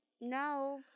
No